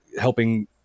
helping